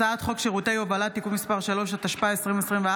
הצעת חוק שירותי הובלה (תיקון מס' 3) התשפ"ה 2024,